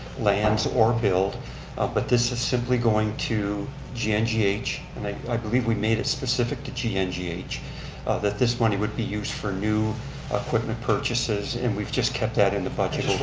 lands or build ah but this is simply going to gngh and i believe we made it specific to to gngh, that this money would be used for new equipment purchases. and we've just kept that in the budget